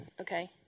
okay